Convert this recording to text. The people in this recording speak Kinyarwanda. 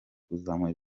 kuzamura